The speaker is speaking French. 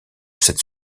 cette